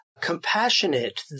compassionate